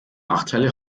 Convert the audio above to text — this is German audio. nachteile